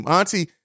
Auntie